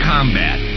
Combat